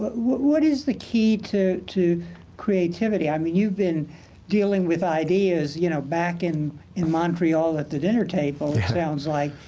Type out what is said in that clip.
but what what is the key to to creativity? i mean, you've been dealing with ideas, you know back in in montreal at the dinner table. yeah. sounds like.